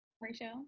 Rachel